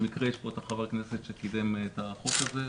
במקרה יש פה את חבר הכנסת שקידם את החוק הזה.